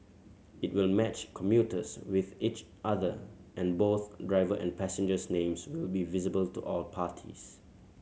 it will match commuters with each other and both driver and passengers names will be visible to all parties